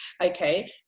okay